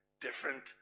Different